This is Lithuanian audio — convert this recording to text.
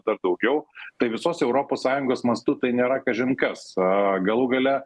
dar daugiau tai visos europos sąjungos mastu tai nėra kažin kas galų gale